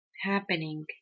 happening